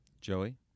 Joey